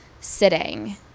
sitting